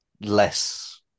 less